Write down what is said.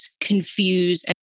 confuse